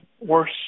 worse